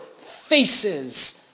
faces